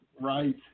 Right